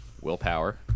Willpower